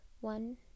one